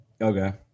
okay